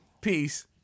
Peace